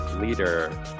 leader